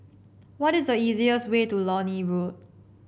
what is the easiest way to Lornie Road